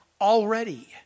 already